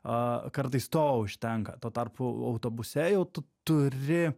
a kartais to užtenka tuo tarpu autobuse jau tu turi